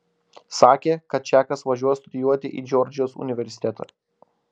sakė kad čakas važiuos studijuoti į džordžijos universitetą